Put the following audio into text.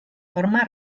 forma